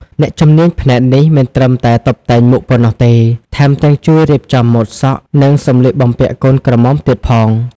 អ្នកជំនាញផ្នែកនេះមិនត្រឹមតែតុបតែងមុខប៉ុណ្ណោះទេ ថែមទាំងជួយរៀបចំម៉ូដសក់ និងសម្លៀកបំពាក់កូនក្រមុំទៀតផង។